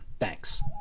thanks